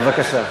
בבקשה.